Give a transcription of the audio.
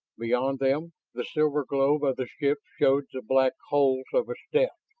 beyond them, the silver globe of the ship showed the black holes of its death,